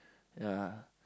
ya